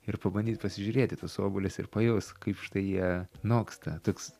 ir pabandyt pasižiūrėt į tuos obuolius ir pajaust kaip štai jie noksta toks